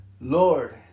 Lord